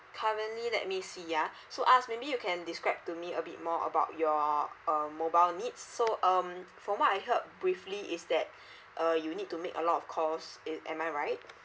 currently let me see ah so as maybe you can describe to me a bit more about your um mobile needs so um from what I heard briefly is that uh you need to make a lot of calls it am I right